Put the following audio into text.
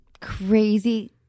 crazy